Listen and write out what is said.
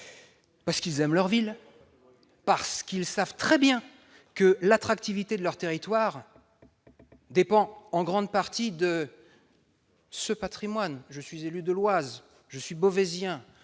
parce qu'ils aiment leur ville et savent très bien que l'attractivité de leur territoire dépend en grande partie de ce patrimoine. Je suis élu de l'Oise et Beauvaisien.